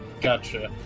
Gotcha